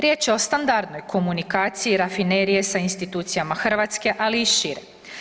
Riječ je o standardnoj komunikaciji Rafinerije sa institucijama Hrvatske, ali i šire.